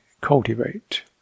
cultivate